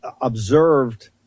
observed